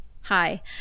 Hi